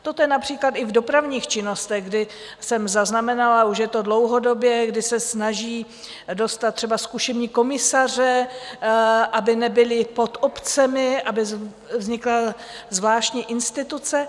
Toto je například i v dopravních činnostech, kdy jsem zaznamenala už je to dlouhodobě kdy se snaží dostat třeba zkušební komisaře, aby nebyli pod obcemi, aby vznikla zvláštní instituce.